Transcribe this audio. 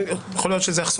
אחרת זה יעלה